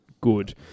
good